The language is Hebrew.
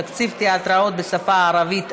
תקציב תיאטראות בשפה הערבית),